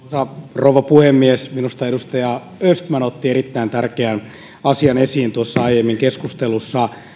rouva puhemies minusta edustaja östman otti erittäin tärkeän asian esiin aiemmin keskustelussa